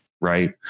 Right